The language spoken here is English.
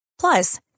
Plus